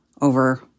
over